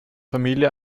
familie